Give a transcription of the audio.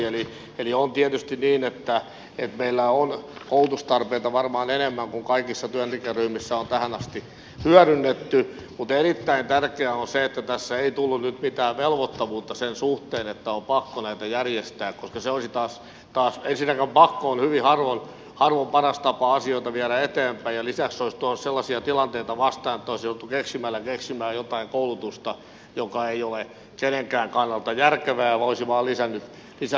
eli on tietysti niin että meillä on koulutustarpeita varmaan enemmän kuin kaikissa työntekijäryhmissä on tähän asti hyödynnetty mutta erittäin tärkeää on se että tässä ei tullut nyt mitään velvoittavuutta sen suhteen että on pakko näitä järjestää koska ensinnäkin pakko on hyvin harvoin paras tapa viedä asioita eteenpäin ja lisäksi se olisi tuonut sellaisia tilanteita vastaan että olisi jouduttu keksimällä keksimään jotain koulutusta joka ei ole kenenkään kannalta järkevää ja olisi vain lisännyt kustannuksia